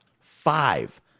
five